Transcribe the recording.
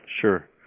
Sure